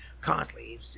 Constantly